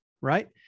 right